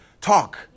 Talk